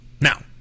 Now